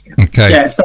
Okay